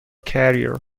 career